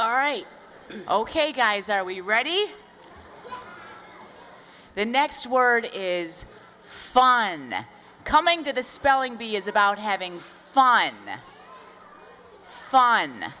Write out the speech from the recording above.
all right ok guys are we ready the next word is fine then coming to the spelling bee is about having fine fun